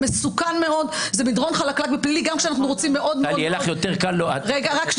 בסופו של דבר השיטה הפלילית היא לא שיטה פטרנליסטית.